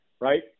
right